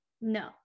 no